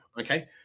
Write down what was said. Okay